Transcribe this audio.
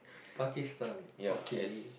Pakistan okay